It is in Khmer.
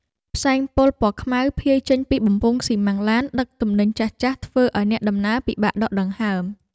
ផ្សែងពុលពណ៌ខ្មៅភាយចេញពីបំពង់ស៊ីម៉ាំងឡានដឹកទំនិញចាស់ៗធ្វើឱ្យអ្នកដំណើរពិបាកដកដង្ហើម។